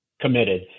committed